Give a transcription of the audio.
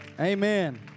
Amen